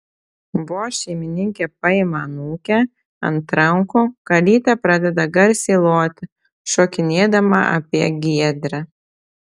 vos šeimininkė paima anūkę ant rankų kalytė pradeda garsiai loti šokinėdama apie giedrę